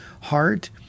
heart